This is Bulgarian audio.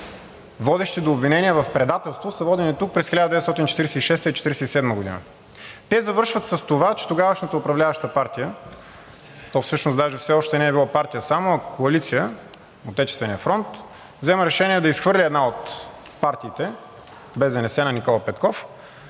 водещи до обвинения в предателство, са водени тук през 1946-а и 1947 г. Те завършват с това, че тогавашната управляваща партия, то всъщност даже все още не е било партия само, а коалиция – Отечественият фронт, взема решение да изхвърли една от партиите – БЗНС на Никола Петков,